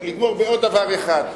דבר אחד: